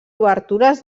obertures